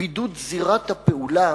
בידוד זירת הפעולה